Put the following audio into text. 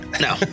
No